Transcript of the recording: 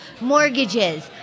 mortgages